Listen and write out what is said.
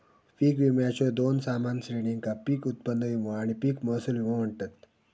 पीक विम्याच्यो दोन सामान्य श्रेणींका पीक उत्पन्न विमो आणि पीक महसूल विमो म्हणतत